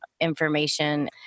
information